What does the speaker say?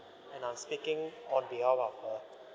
and I'm speaking on behalf of her